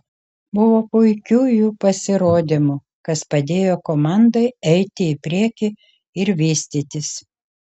buvo puikių jų pasirodymų kas padėjo komandai eiti į priekį ir vystytis